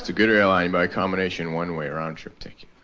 so good airline buy a combination one-way or round trip ticket.